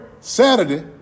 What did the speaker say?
Saturday